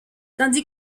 tandis